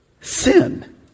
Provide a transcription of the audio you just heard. sin